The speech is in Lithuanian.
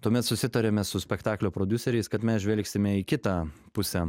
tuomet susitarėme su spektaklio prodiuseriais kad mes žvelgsime į kitą pusę